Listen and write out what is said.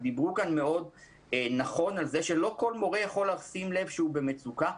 דיברו כאן מאוד נכון על זה שלא כל מורה יכול לשים לב שהוא במצוקה.